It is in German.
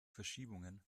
verschiebungen